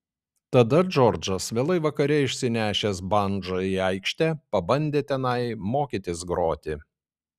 tada džordžas vėlai vakare išsinešęs bandžą į aikštę pabandė tenai mokytis groti